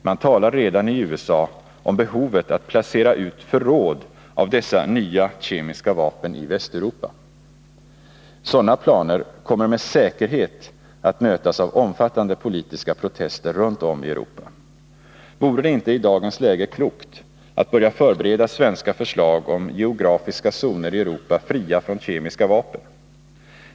Man talar redan i USA om behovet av att placera ut förråd av dessa nya kemiska vapen i Västeuropa. Sådana planer kommer med säkerhet att mötas av omfattande politiska protester runtom i Europa. Vore det inte i dagens läge klokt att börja förbereda svenska förslag om geografiska zoner i Europa, fria från kemiska vapen?